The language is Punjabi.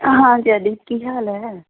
ਹਾਂਜੀ ਹਾਂਜੀ ਕੀ ਹਾਲ ਹੈ